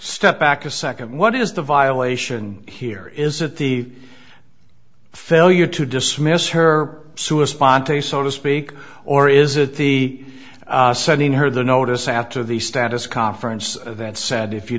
step back a second what is the violation here is it the failure to dismiss her sue a spontaneous so to speak or is it the sending her the notice after the status conference that said if you